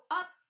up